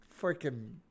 freaking